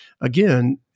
Again